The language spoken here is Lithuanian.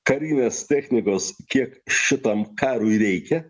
karinės technikos kiek šitam karui reikia